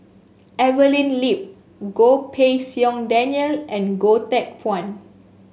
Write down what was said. Evelyn Lip Goh Pei Siong Daniel and Goh Teck Phuan